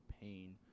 pain